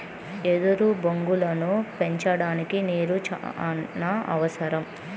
ఎదురు బొంగులను పెంచడానికి నీరు చానా అవసరం